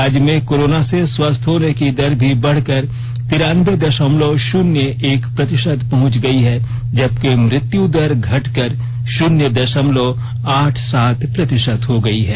राज्य में कोरोना से स्वस्थ होने की दर भी बढ़कर तिरान्बे दशमलव शून्य एक प्रतिशत पहुंच गई है जबकि मृत्यु दर घटकर शून्य दशमलव आठ सात प्रतिशत हो गई है